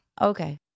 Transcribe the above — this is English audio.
Okay